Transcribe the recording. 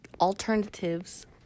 alternatives